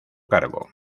cargo